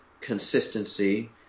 consistency